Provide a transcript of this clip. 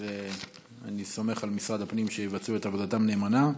אז אני סומך על משרד הפנים שיבצעו את עבודתם נאמנה.